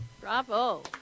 Bravo